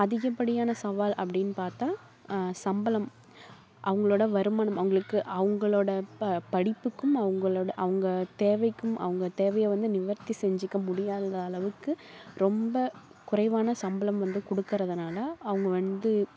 அதிகப்படியான சவால் அப்படீன்னு பார்த்தா சம்பளம் அவங்களோட வருமானம் அவங்களுக்கு அவங்களோட பட படிப்புக்கும் அவங்களோட அவங்க தேவைக்கும் அவங்க தேவையை வந்து நிவர்த்தி செஞ்சுக்க முடியாத அளவுக்கு ரொம்ப குறைவான சம்பளம் வந்து கொடுக்கறதுனால அவங்க வந்து